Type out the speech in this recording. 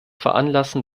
veranlassen